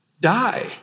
die